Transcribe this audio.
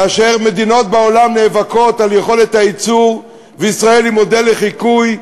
כאשר מדינות בעולם נאבקות על יכולת הייצור וישראל היא מודל לחיקוי,